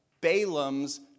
Balaam's